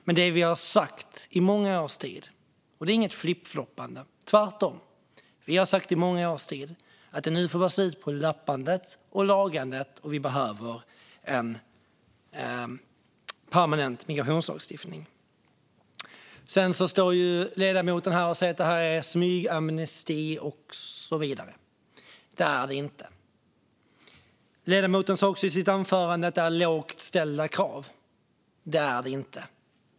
Men vi har sagt i många års tid - och det är inget flippfloppande, tvärtom - att det nu får vara slut på lappandet och lagandet och att vi behöver en permanent migrationslagstiftning. Ledamoten står här och säger att detta är en smygamnesti och så vidare. Det är det inte. Ledamoten sa också i sitt anförande att det är lågt ställda krav. Det är det inte.